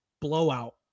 blowout